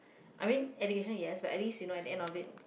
I mean education yes but at least you know at the end of it